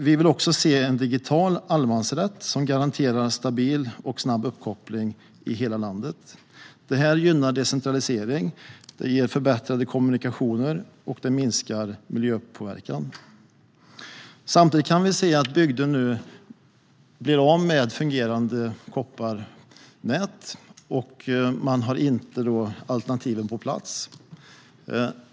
Vi vill också se en digital allemansrätt, som garanterar stabil och snabb uppkoppling i hela landet. Detta gynnar decentralisering, ger förbättrade kommunikationer och minskar miljöpåverkan. Samtidigt ser vi att bygder nu blir av med ett fungerande kopparnät utan att alternativen är på plats.